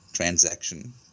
Transaction